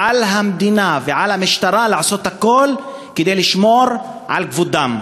על המדינה ועל המשטרה לעשות הכול כדי לשמור על כבודם.